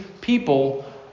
people